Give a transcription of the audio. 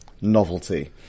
novelty